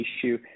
issue